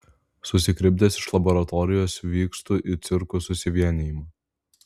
susikrimtęs iš laboratorijos vykstu į cirkų susivienijimą